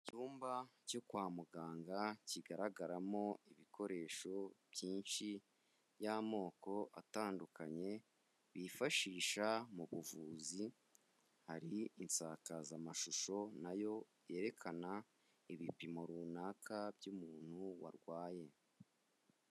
Icyumba cyo kwa muganga kigaragaramo ibikoresho byinshi by'amoko atandukanye, bifashisha mu buvuzi, hari insakazamashusho na yo yerekana ibipimo runaka by'umuntu warwaye.